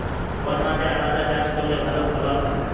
কোন মাসে আদা চাষ করলে ভালো ফলন হয়?